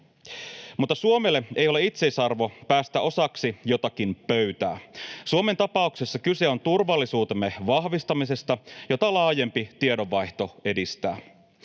Mutta Suomelle ei ole itseisarvo päästä osaksi jotakin pöytää. Suomen tapauksessa kyse on turvallisuutemme vahvistamisesta, jota laajempi tiedonvaihto edistää.